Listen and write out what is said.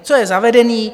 Co je zavedené.